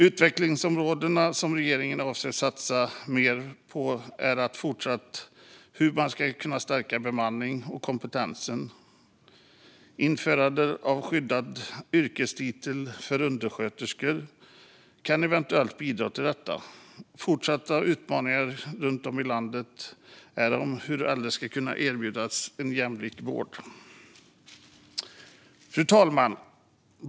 Utvecklingsområden som regeringen avser att satsa mer på är fortsatt hur man kan stärka bemanningen och kompetensen. Införandet av skyddad yrkestitel för undersköterskor kan eventuellt bidra till detta. Fortsatta utmaningar runt om i landet är hur äldre ska kunna erbjudas en jämlik vård. Fru talman!